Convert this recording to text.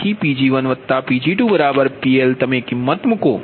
તેથીPg1Pg2PL અહીં તમેકિમત મૂકો